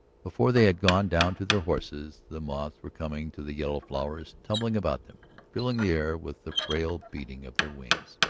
before they had gone down to their horses the moths were coming to the yellow flowers, tumbling about them, filling the air with the frail beating of their wings.